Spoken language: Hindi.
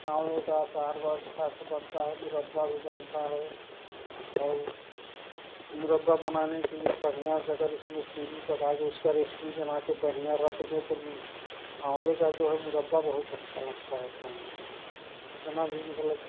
आंवले का अचार अच्छा से बनता है मुरब्बा भी बनता है और मुरब्बा बनाने के लिए बढ़िया से अगर उसमें चीनी पकाकर उसका रेसपी बनाकर बढ़िया रख दें तो नी आंवले का जो है मुरब्बा बहुत अच्छा लगता है खाने में कितना भी मतलब